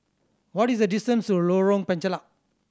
what is the distance to Lorong Penchalak